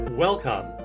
Welcome